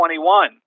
21